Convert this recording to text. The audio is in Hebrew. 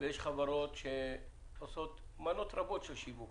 ויש חברות שעושות מנות רבות של שיווק,